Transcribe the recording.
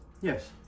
Yes